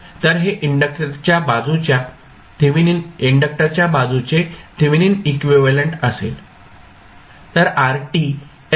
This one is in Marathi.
तर हे इंडक्टरच्या बाजूचे थेव्हिनिन इक्विव्हॅलेंट असेल